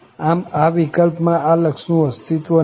આમ આ વિકલ્પમાં આ લક્ષનું અસ્તિત્વ નથી